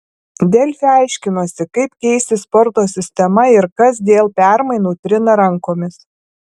delfi aiškinosi kaip keisis sporto sistema ir kas dėl permainų trina rankomis